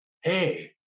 Hey